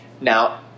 Now